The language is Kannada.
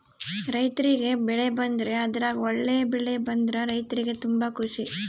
ರೈರ್ತಿಗೆ ಬೆಳೆ ಬಂದ್ರೆ ಅದ್ರಗ ಒಳ್ಳೆ ಬೆಳೆ ಬಂದ್ರ ರೈರ್ತಿಗೆ ತುಂಬಾ ಖುಷಿ